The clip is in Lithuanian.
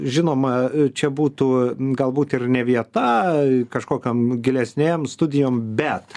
žinoma čia būtų galbūt ir ne vieta kažkokiom gilesnėm studijom bet